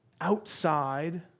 outside